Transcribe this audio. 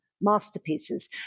masterpieces